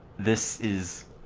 this is